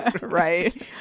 Right